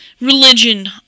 religion